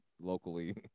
locally